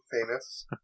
famous